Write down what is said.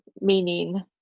Meaning